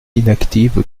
inactive